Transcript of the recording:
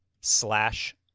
slash